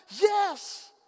Yes